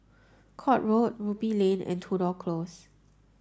Court Road Ruby Lane and Tudor Close